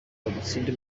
dutsinde